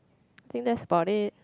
think that's about it